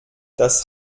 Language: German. das